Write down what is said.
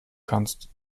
kannst